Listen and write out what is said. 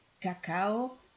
cacao